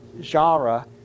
genre